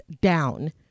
down